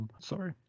sorry